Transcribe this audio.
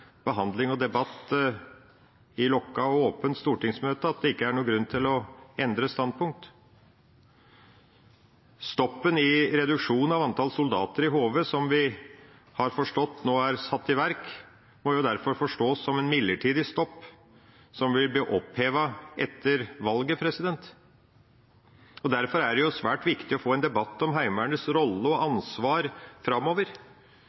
behandling og debatt i lukket og åpent stortingsmøte at det ikke er noen grunn til å endre standpunkt. Stoppen i reduksjonen av antall soldater i HV, som vi har forstått er satt i verk, må derfor forstås som en midlertidig stopp, som vil bli opphevet etter valget. Derfor er det svært viktig å få en debatt om Heimevernets rolle og ansvar framover